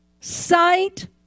sight